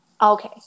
okay